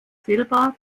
silber